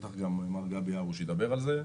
בטח מר גבי הרוש ידבר על זה,